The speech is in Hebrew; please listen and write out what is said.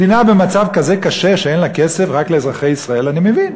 מדינה במצב כזה קשה, רק לאזרחי ישראל, אני מבין.